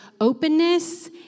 openness